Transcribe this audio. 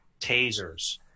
tasers